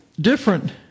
different